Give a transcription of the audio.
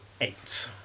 eight